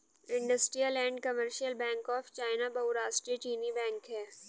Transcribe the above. industrial and commercial bank of China बहुराष्ट्रीय चीनी बैंक है